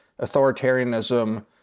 authoritarianism